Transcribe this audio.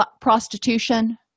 prostitution